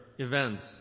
Events